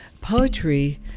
poetry